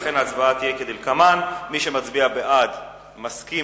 לכן ההצבעה תהיה כדלקמן: מי שמצביע בעד מסכים,